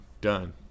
Done